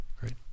Great